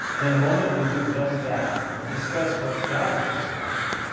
and in a moment, well do just that and discuss what god thinks about it.